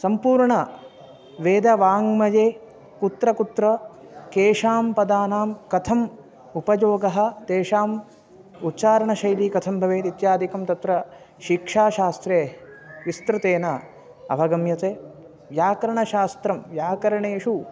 सम्पूर्णे वेदवाङ्मये कुत्र कुत्र केषां पदानां कथम् उपयोगः तेषाम् उच्चारणशैली कथं भवेत् इत्यादिकं तत्र शिक्षाशास्त्रे विस्तृतेन अवगम्यते व्याकरणशास्त्रं व्याकरणेषु